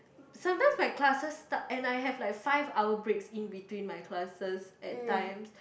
sometimes my classes start and I have like five hour breaks in between my classes at times